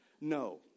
No